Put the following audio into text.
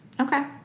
Okay